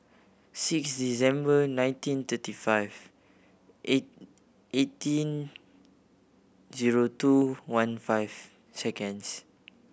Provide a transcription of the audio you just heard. six December nineteen thirty five eighteen zero two one five seconds